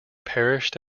perished